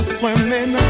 swimming